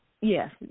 yes